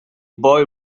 boy